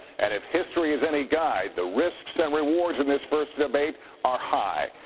and if history is any guide, the risks and rewards in this first debate are high.